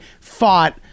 Fought